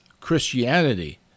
Christianity